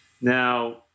Now